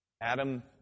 Adam